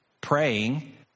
praying